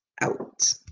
Out